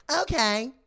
okay